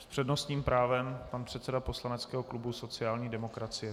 S přednostním právem pan předseda poslaneckého klubu sociální demokracie.